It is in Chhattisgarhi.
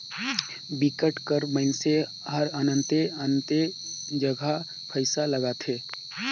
बिकट कर मइनसे हरअन्ते अन्ते जगहा पइसा लगाथे